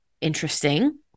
Interesting